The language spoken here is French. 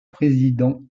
président